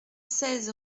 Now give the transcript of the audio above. seize